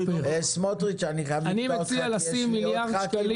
אני מציע לשים מיליארד שקלים.